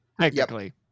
Technically